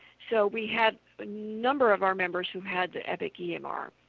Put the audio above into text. so we had a number of our members who had the epic emr.